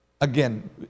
again